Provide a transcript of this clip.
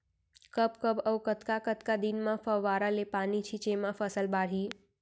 कब कब अऊ कतका कतका दिन म फव्वारा ले पानी छिंचे म फसल बाड़ही?